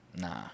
nah